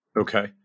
Okay